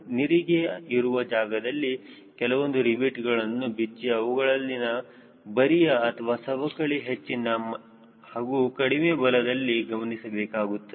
ನಿರಿಗೆ ಇರುವ ಜಾಗದಲ್ಲಿ ಕೆಲವೊಂದು ರಿವೈಟ್ಗಳನ್ನು ಬಿಚ್ಚಿ ಅವುಗಳಲ್ಲಿನ ಬರಿಯ ಅಥವಾ ಸವಕಳಿ ಹೆಚ್ಚಿನ ಹಾಗೂ ಕಡಿಮೆ ಬಲದಲ್ಲಿ ಗಮನಿಸಬೇಕಾಗುತ್ತದೆ